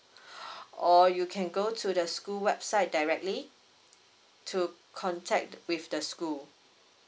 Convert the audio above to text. or you can go to the school website directly to contact with the school